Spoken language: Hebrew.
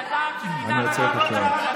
טוב, אני עוצר את השעון.